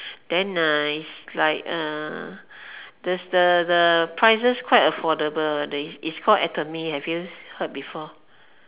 then uh it's like uh does the the prices quite affordable it's called Atomy havee you heard before